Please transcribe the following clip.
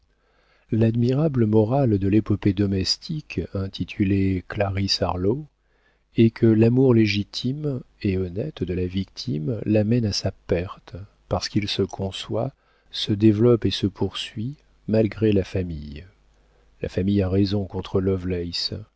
l'admirable morale de l'épopée domestique intitulée clarisse harlowe est que l'amour légitime et honnête de la victime la mène à sa perte parce qu'il se conçoit se développe et se poursuit malgré la famille la famille a raison contre